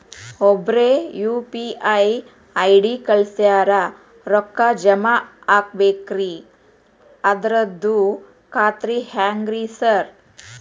ಒಬ್ರು UPI ID ಕಳ್ಸ್ಯಾರ ರೊಕ್ಕಾ ಜಮಾ ಮಾಡ್ಬೇಕ್ರಿ ಅದ್ರದು ಖಾತ್ರಿ ಹೆಂಗ್ರಿ ಸಾರ್?